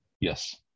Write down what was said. Yes